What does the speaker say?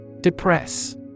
Depress